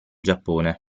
giappone